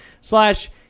Slash